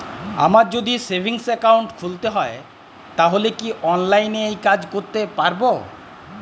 আমায় যদি savings account খুলতে হয় তাহলে কি অনলাইনে এই কাজ করতে পারবো?